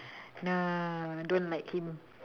ya don't like him